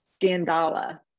scandala